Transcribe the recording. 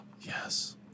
Yes